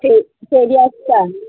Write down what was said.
सेरी फेरी आसता